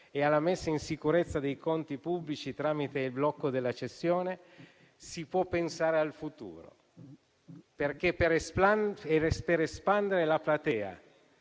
e alla messa in sicurezza dei conti pubblici tramite il blocco della cessione si può pensare al futuro. Per espandere la platea